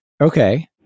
Okay